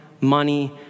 money